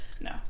No